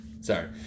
Sorry